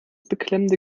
beklemmende